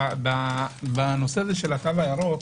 בנושא התו הירוק,